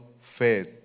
faith